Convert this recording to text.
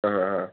അ ആ ആ